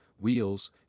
wheels